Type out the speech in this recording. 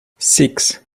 six